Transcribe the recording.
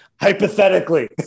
hypothetically